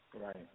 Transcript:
Right